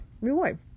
reward